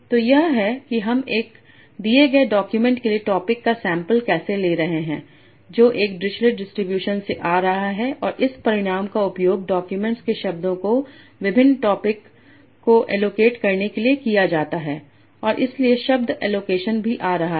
तो यह है कि हम एक दिए गए डॉक्यूमेंट के लिए टॉपिक का सैम्पल कैसे ले रहे हैं जो एक ड्यूरिचलेट डिस्ट्रीब्यूशन से आ रहा है और इस परिणाम का उपयोग डाक्यूमेंट्स के शब्दों को विभिन्न टॉपिक को एलोकेट करने के लिए किया जाता है और इसीलिए शब्द एलोकेशन भी आ रहा है